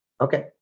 Okay